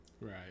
right